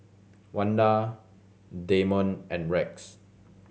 Wanda Damon and Rex